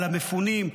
למפונים,